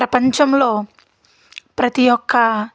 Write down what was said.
ప్రపంచంలో ప్రతీ ఒక్క